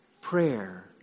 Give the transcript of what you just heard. prayer